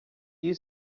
you